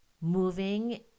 moving